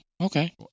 okay